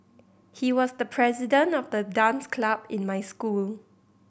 he was the president of the dance club in my school